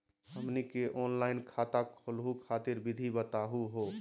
हमनी के ऑनलाइन खाता खोलहु खातिर विधि बताहु हो?